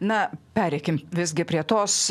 na pereikim visgi prie tos